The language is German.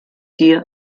dir